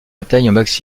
atteignent